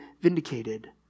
vindicated